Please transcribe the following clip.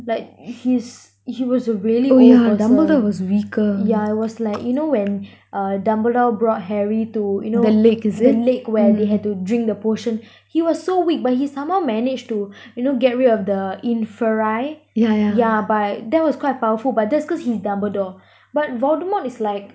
like his he was a really old person yeah it was like you know when uh dumbledore brought harry to you know the lake where they had to drink the potion he was so weak but he somehow managed to you know get rid of the inferi yeah but that was quite powerful but that's cause he's dumbledore but voldemort is like